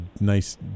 nice